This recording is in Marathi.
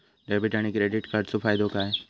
डेबिट आणि क्रेडिट कार्डचो फायदो काय?